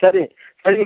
சரி